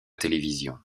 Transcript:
télévision